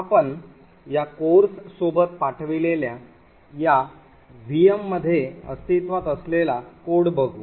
आपण या कोर्स सोबत पाठवलेल्या या व्हीएम मध्ये अस्तित्त्वात असलेला कोड बघू